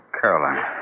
Caroline